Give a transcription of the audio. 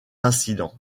incident